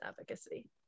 advocacy